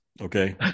Okay